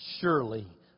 surely